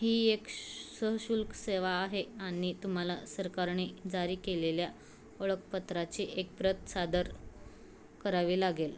ही एक श् सशुल्क सेवा आहे आणि तुम्हाला सरकारने जारी केलेल्या ओळखपत्राची एक प्रत सादर करावी लागेल